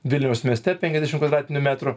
vilniaus mieste penkiasdešim kvadratinių metrų